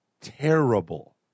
terrible